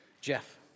Jeff